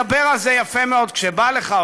מדבר על זה יפה מאוד כשבא לך,